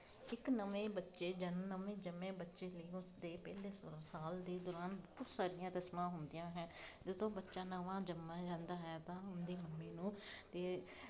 ਇੱਕ ਨਵੇਂ ਬੱਚੇ ਜਨਮ ਨਵੇਂ ਜੰਮੇ ਬੱਚੇ ਲਈ ਉਸ ਦੇ ਪਹਿਲੇ ਸ ਸਾਲ ਦੇ ਦੌਰਾਨ ਬਹੁਤ ਸਾਰੀਆਂ ਰਸਮਾਂ ਹੁੰਦੀਆਂ ਹੈ ਜਦੋਂ ਬੱਚਾ ਨਵਾਂ ਜੰਮਿਆ ਜਾਂਦਾ ਹੈ ਤਾਂ ਉਹਦੀ ਮੰਮੀ ਨੂੰ ਅਤੇ